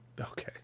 Okay